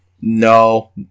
No